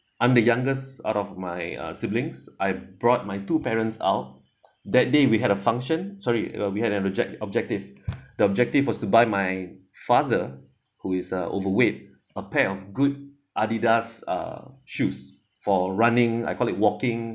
I'm the youngest out of my uh siblings I brought my two parents out that day we had a function sorry uh we have a object objective the objective was to buy my father who is a overweight a pair of good adidas uh shoes for running I call it walking